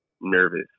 nervous